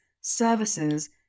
services